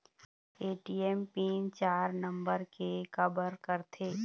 ATM pin चार number के काबर करथे?